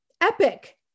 epic